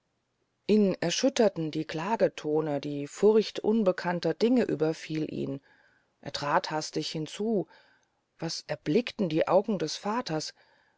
ihn erschütterten die klagetone die furcht unbekannter dinge überfiel ihn er trat hastig hinzu was erblickten die augen des vaters